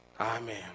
Amen